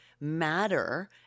matter